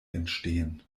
entstehen